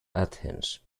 athens